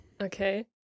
Okay